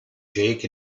jake